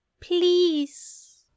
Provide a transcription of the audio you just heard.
Please